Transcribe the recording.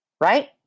right